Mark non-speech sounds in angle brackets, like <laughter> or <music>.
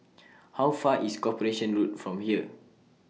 <noise> How Far IS Corporation Road from here